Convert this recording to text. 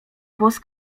głos